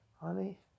Honey